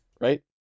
Right